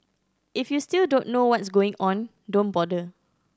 if you still don't know what's going on don't bother